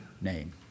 name